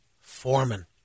Foreman